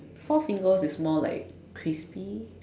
Four Fingers is more like crispy